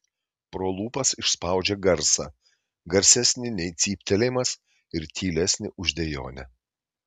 pro lūpas išspaudžia garsą garsesnį nei cyptelėjimas ir tylesnį už dejonę